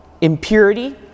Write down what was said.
impurity